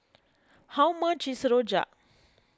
how much is Rojak